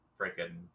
freaking